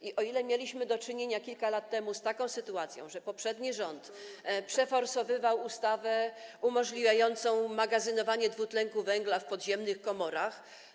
I o ile mieliśmy do czynienia kilka lat temu z taką sytuacją, że poprzedni rząd przeforsowywał przyjęcie ustawy umożliwiającej magazynowanie dwutlenku węgla w podziemnych komorach.